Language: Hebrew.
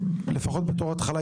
שלפחות בתור התחלה,